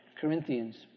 Corinthians